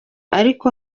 ariko